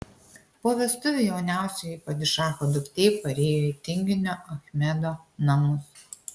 po vestuvių jauniausioji padišacho duktė parėjo į tinginio achmedo namus